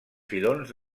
filons